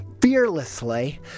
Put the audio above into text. fearlessly